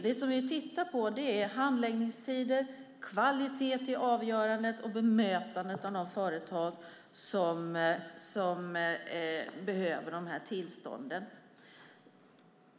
Det som vi tittar på är handläggningstider, kvalitet i avgörandet och bemötandet av de företag som behöver de här tillstånden.